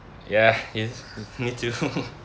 ya is me too